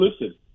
listen